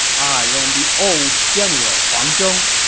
i am the old general huang zhong!